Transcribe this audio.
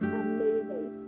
amazing